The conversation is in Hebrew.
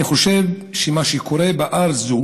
אני חושב שמה שקורה בארץ זה